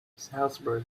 salzburg